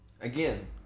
Again